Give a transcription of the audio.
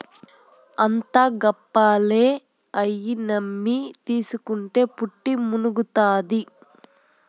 అంతా గప్పాలే, అయ్యి నమ్మి తీస్కుంటే పుట్టి మునుగుతాది